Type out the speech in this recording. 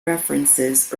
references